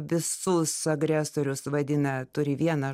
visus agresorius vadina turi vieną